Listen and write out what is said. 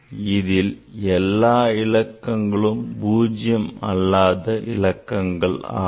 இதில் எல்லா இலக்கங்களும் பூஜ்ஜியம் அல்லாத இலக்கங்கள் ஆகும்